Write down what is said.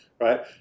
right